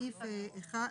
בסעיף 1,